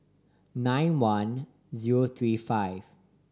nine one zero three five